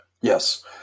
Yes